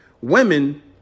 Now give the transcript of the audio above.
women